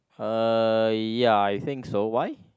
uh ya I think so why